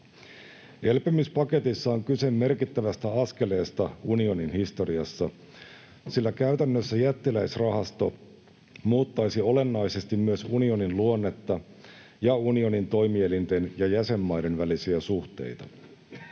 Elpymispaketissa on kyse merkittävästä askeleesta unionin historiassa, sillä käytännössä jättiläisrahasto muuttaisi olennaisesti myös unionin luonnetta ja unionin toimielinten ja jäsenmaiden välisiä suhteita.